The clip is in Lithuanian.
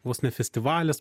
vos ne festivalis